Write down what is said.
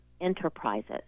enterprises